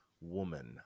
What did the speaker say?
woman